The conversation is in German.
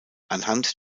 anhand